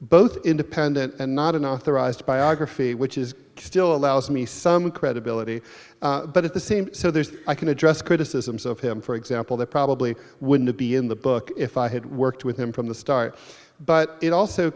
both independent and not an authorized biography which is still allows me some credibility but at the same so there's i can address criticisms of him for example that probably wouldn't be in the book if i had worked with him from the start but it also